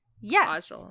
yes